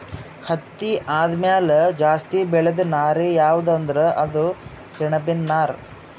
ಹತ್ತಿ ಆದಮ್ಯಾಲ ಜಾಸ್ತಿ ಬೆಳೇದು ನಾರ್ ಯಾವ್ದ್ ಅಂದ್ರ ಅದು ಸೆಣಬಿನ್ ನಾರ್